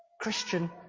Christian